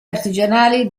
artigianali